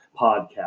Podcast